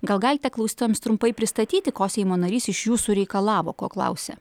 gal galite klausytojams trumpai pristatyti ko seimo narys iš jūsų reikalavo ko klausė